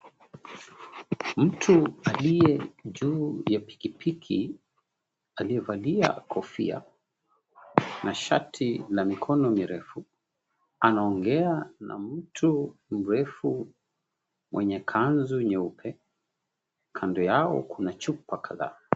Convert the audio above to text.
Mtu aliye juu ya pikipiki, aliyevalia kofia na shati na mikono mirefu, anaongea na mtu mrefu mwenye kanzu nyeupe. Kando yao kuna chupa kadhaa.